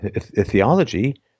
theology